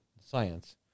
science